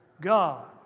God